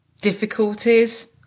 difficulties